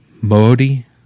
Modi